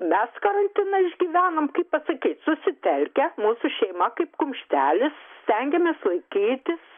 mes karantiną išgyvenam kaip pasakyt susitelkę mūsų šeima kaip kumštelis stengiamės laikytis